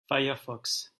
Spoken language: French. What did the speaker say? firefox